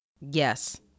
Yes